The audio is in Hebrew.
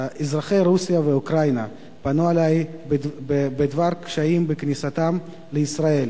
אזרחי רוסיה ואוקראינה פנו אלי בדבר קשיים בכניסתם לישראל: